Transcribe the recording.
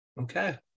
Okay